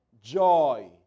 joy